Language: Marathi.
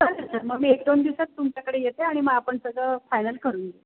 चालेल सर मग मी एक दोन दिवसात तुमच्याकडे येते आणि मग आपण सगळं फायनल करून घेऊ